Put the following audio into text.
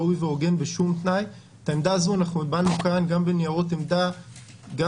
ראוי והוגן בשום תנאי את העמדה הזאת הבענו כאן גם בניירות עמדה גם